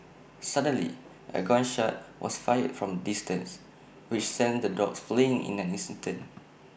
suddenly A gun shot was fired from A distance which sent the dogs fleeing in an instant